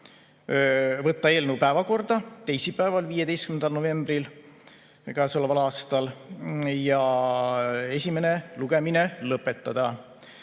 võtta eelnõu päevakorda teisipäeval, 15. novembril sellel aastal, esimene lugemine lõpetada